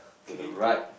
to the right